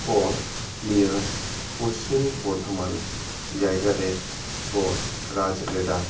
ᱠᱚ ᱱᱤᱭᱟᱹ ᱯᱚᱥᱪᱤᱢ ᱵᱚᱨᱫᱷᱚᱢᱟᱱ ᱡᱟᱭᱜᱟ ᱨᱮᱠᱚ ᱨᱟᱡᱽ ᱞᱮᱫᱟ